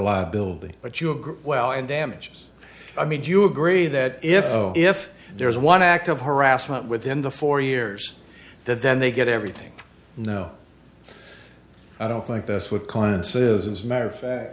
liability but you agree well and damages i mean do you agree that if if there is one act of harassment within the four years that then they get everything no i don't think that's what congress is as a matter of fact